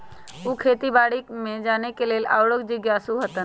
उ खेती बाड़ी के बारे में जाने के लेल आउरो जिज्ञासु हतन